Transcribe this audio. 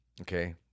Okay